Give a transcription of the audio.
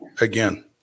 again